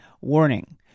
Warning